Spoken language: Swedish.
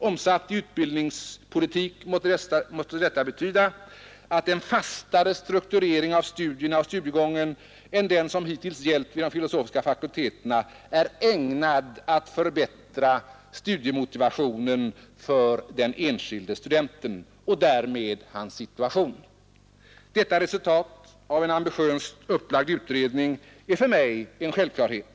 Omsatt i utbildningspolitik måste detta betyda att en fastare strukturering av studierna och studiegången än den som hittills gällt vid de filosofiska fakulteterna är ägnad att förbättra studiemotivationen för den enskilde studenten och därmed hans situation. Detta resultat av en ambitiöst upplagd utredning är för mig en självklarhet.